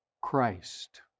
Christ